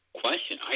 question